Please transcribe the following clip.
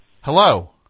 Hello